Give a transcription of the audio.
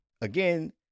Again